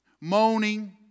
moaning